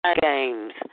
games